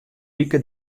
wike